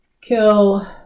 kill